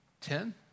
ten